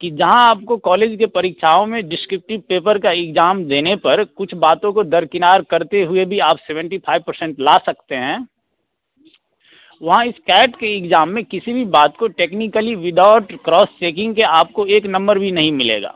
कि जहाँ आपको कॉलेज के परीक्षाओं में डिस्क्रिप्टिव पेपर का इग्ज़ाम देने पर कुछ बातों को दरकिनार करते हुए भी आप सेवेंटी फ़ाइव पर्सेंट ला सकते हैं वहाँ इस कैट के इग्जाम में किसी भी बात को टेक्निकली विदाॅउट क्रॉस चेकिंग के आपको एक नंबर भी नहीं मिलेगा